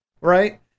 right